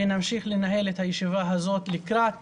ונמשיך לנהל את הישיבה הזאת לקראת